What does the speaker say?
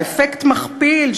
אפקט מכפיל,